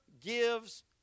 gives